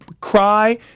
cry